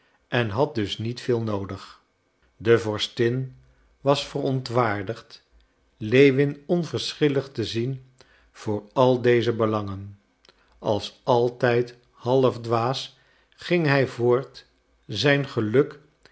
en had dus niet veel noodig de vorstin was verontwaardigd lewin onverschillig te zien voor al deze belangen als altijd half dwaas ging hij voort zijn geluk